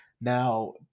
now